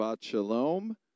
Shalom